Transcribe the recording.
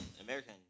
American